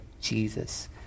Jesus